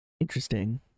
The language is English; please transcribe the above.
interesting